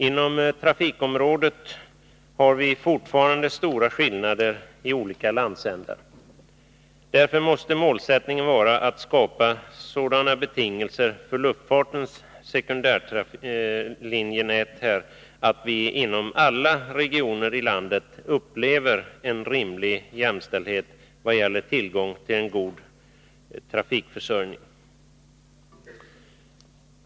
Inom trafikom rådet har vi fortfarande stora skillnader i olika landsändar. Därför måste målsättningen vara att skapa sådana betingelser för luftfartens sekundärlinjenät att vi inom alla regioner i landet upplever en rimlig jämställdhet vad gäller tillgången till en god trafikförsörjning.